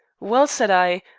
well, said i,